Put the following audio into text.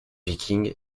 vikings